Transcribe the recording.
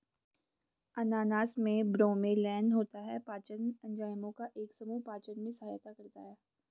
अनानास में ब्रोमेलैन होता है, पाचन एंजाइमों का एक समूह पाचन में सहायता करता है